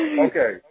Okay